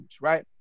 Right